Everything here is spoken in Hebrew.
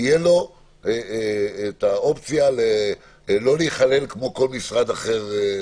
תהיה לו האופציה לא להיכלל כמו כל משרד אחר.